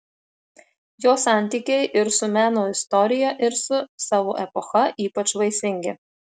jo santykiai ir su meno istorija ir su savo epocha ypač vaisingi